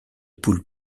poules